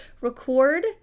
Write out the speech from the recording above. record